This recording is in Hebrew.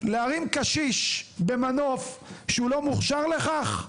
להרים קשיש במנוף שהוא לא מוכשר לכך?